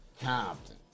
Compton